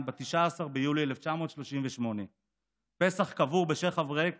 ב-19 ביולי 1938. פסח קבור בשייח' אבריק